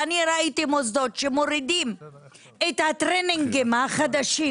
אני ראיתי מוסדות שמורידים את הטרנינגים החדשים